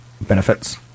benefits